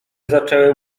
zaczęły